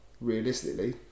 realistically